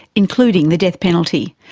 including the death penalty.